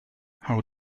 how